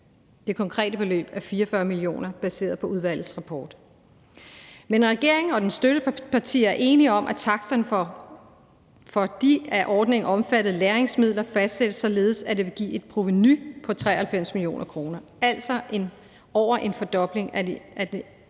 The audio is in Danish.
Det konkrete beløb er 44 mio. kr. baseret på udvalgets rapport. Men regeringen og dens støttepartier er enige om, at taksterne for de af ordningen omfattede lagringsmedier fastsættes, således at det vil give et provenu på 93 mio. kr., altså mere end en fordobling af